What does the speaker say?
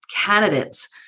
candidates